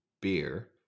beer